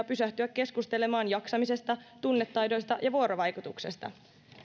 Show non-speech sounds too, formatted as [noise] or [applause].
[unintelligible] pysähtyä keskustelemaan jaksamisesta tunnetaidoista ja vuorovaikutuksesta